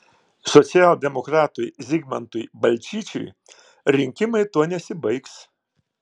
socialdemokratui zigmantui balčyčiui rinkimai tuo nesibaigs